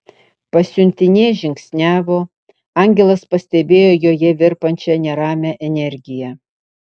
pasiuntinė žingsniavo angelas pastebėjo joje virpančią neramią energiją